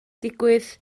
digwydd